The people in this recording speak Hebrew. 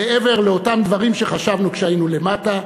מעבר לאותם דברים שחשבנו כשהיינו למטה.